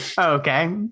Okay